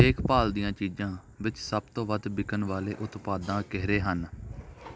ਦੇਖ ਭਾਲ ਦੀਆਂ ਚੀਜ਼ਾਂ ਵਿੱਚ ਸਭ ਤੋਂ ਵੱਧ ਵਿਕਣ ਵਾਲੇ ਉਤਪਾਦਾਂ ਕਿਹੜੇ ਹਨ